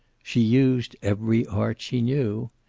she used every art she knew.